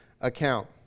account